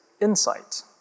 insight